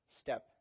step